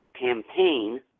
campaign